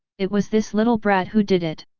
it was this little brat who did it.